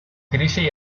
krisi